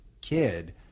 kid